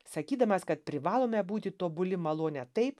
sakydamas kad privalome būti tobuli malone taip